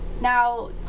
Now